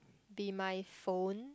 be my phone